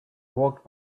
walked